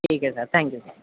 ٹھیک ہے sir thank you sir